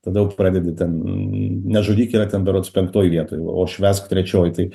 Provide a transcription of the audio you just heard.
tada jau pradedi ten nežudyk yra ten berods penktoj vietoj o švęsk trečioj tai